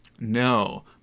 No